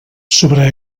sobre